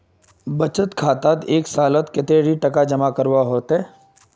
बचत खातात एक सालोत कतेरी टका जमा करवा होचए?